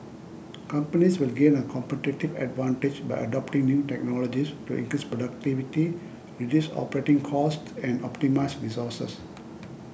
companies will gain a competitive advantage by adopting new technologies to increase productivity reduce operating costs and optimise resources